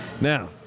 Now